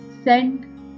Send